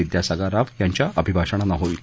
विद्यासागर राव यांच्या अभिभाषणानं होईल